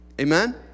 Amen